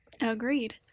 Agreed